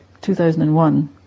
2001